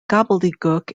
gobbledegook